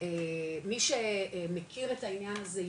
מי שמכיר את העניין הזה,